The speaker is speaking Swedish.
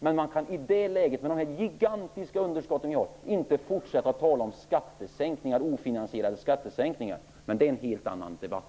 Men i det läge vi nu har, med de gigantiska underskotten, kan vi inte fortsätta att tala om ofinansierade skattesänkningar. Men det är en helt annan debatt.